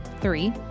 Three